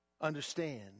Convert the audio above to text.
understand